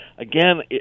Again